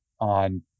on